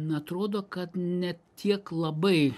na atrodo kad ne tiek labai